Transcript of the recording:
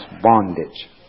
bondage